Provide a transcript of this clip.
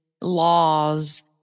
laws